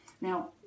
Now